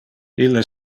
ille